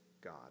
god